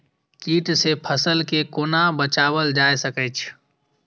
कीट से फसल के कोना बचावल जाय सकैछ?